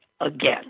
again